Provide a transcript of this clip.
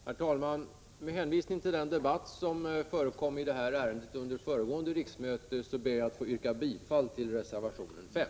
Herr talman! Med hänvisning till den debatt som förekom i motsvarande ärende under föregående riksmöte ber jag att få yrka bifall till reservation 5.